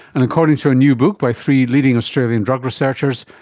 and according to a new book by three leading australian drug researchers,